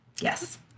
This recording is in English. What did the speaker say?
Yes